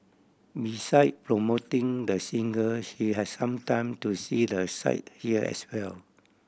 beside promoting the singer she had some time to see the sight here as well